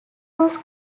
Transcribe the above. was